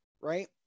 right